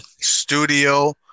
Studio